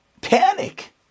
panic